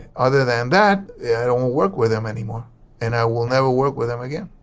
other than that i don't wanna work with him anymore and i will never work with him again